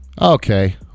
Okay